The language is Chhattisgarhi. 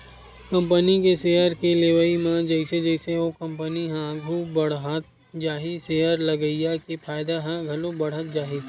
कंपनी के सेयर के लेवई म जइसे जइसे ओ कंपनी ह आघू बड़हत जाही सेयर लगइया के फायदा ह घलो बड़हत जाही